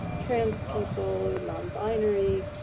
trans people, non binary,